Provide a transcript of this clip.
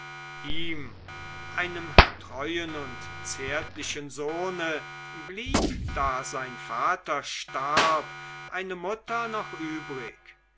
ihm einem treuen und zärtlichen sohne blieb da sein vater starb eine mutter noch übrig